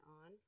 on